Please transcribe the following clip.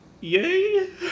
yay